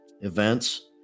events